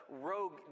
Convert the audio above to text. rogue